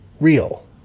real